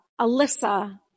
Alyssa